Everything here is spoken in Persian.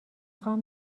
خوام